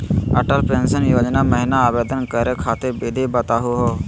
Atal pension Yojana महिना आवेदन करै खातिर विधि बताहु हो?